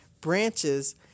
branches